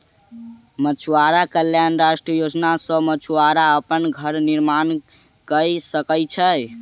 मछुआरा कल्याण राष्ट्रीय योजना सॅ मछुआरा अपन घर निर्माण कय सकै छै